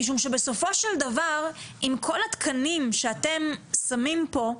משום שבסופו של דבר, עם כל התקנים שאתם שמים פה,